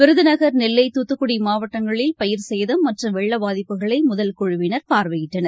விருதுநகர் நெல்லை தூத்துக்குடி மாவட்டங்களில் பயிர் சேதம் மற்றும் வெள்ளப் பாதிப்புகளைமுதல் குழுவினர் பார்வையிட்டனர்